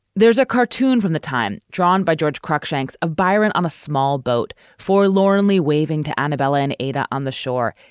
there's a cartoon from the time drawn by george krock shank's of biren on a small boat for lauralee, waving to anabella and ayda on the shore.